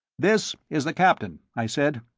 this is the captain, i said.